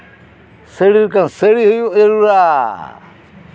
ᱥᱟᱹᱲᱤ ᱞᱮᱠᱟᱱ ᱥᱟᱹᱲᱤ ᱦᱩᱭᱩᱜ ᱡᱟᱹᱨᱩᱲᱟ